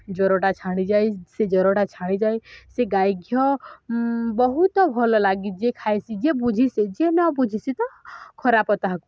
ଜ୍ୱରଟା ଛାଡ଼ି ଯାଏ ସେ ଜ୍ୱରଟା ଛାଡ଼ିଯାଏ ସେ ଗାଈ ଘିଅ ବହୁତ ଭଲ ଲାଗେ ଯେ ଖାଇସି ଯେ ବୁଝିସି ଯିଏ ନ ବୁଝିସି ତ ଖରାପ ତାହାକୁ